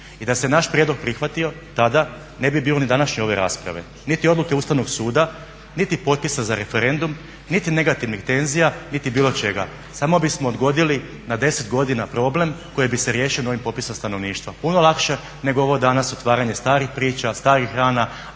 I da se naš prijedlog prihvatio tada ne bi bilo ni današnje ove rasprave niti odluke Ustavnog suda, niti potpisa za referendum, niti negativnih tenzija, niti bilo čega. Samo bismo odgodili na 10 godina problem koji bi se riješio novim popisom stanovništva. Puno lakše nego ovo danas otvaranje starih priča, starih rana